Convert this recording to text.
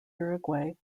uruguay